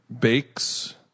bakes